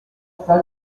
fell